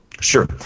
Sure